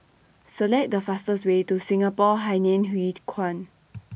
Select The fastest Way to Singapore Hainan Hwee Kuan